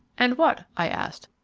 and what? i asked.